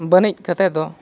ᱵᱟᱹᱱᱤᱡᱽ ᱠᱟᱛᱮᱫ ᱫᱚ